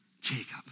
Jacob